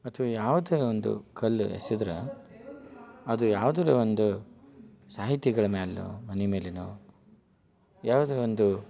ಅಥ್ವಾ ಯಾವುದೇ ಒಂದು ಕಲ್ಲು ಎಸೆದ್ರೆ ಅದು ಯಾವ್ದಾರ ಒಂದು ಸಾಹಿತಿಗಳ ಮೇಲೋ ಮನೆ ಮೇಲೆಯೋ ಯಾವುದೇ ಒಂದು